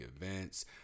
events